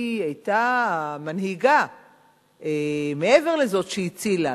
היא היתה המנהיגה מעבר לזאת שהיא הצילה.